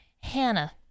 Hannah